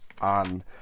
on